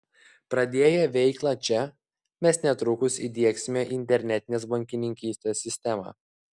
pradėję veiklą čia mes netrukus įdiegsime internetinės bankininkystės sistemą